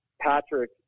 Patrick